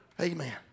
Amen